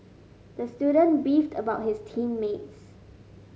the student beefed about his team mates